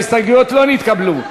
ההסתייגויות לא נתקבלו.